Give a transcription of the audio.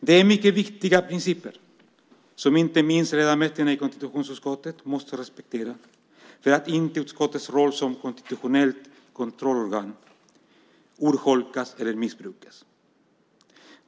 Det är mycket viktiga principer som inte minst ledamöterna i konstitutionsutskottet måste respektera så att inte utskottets roll som konstitutionellt kontrollorgan urholkas eller missbrukas.